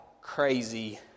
crazy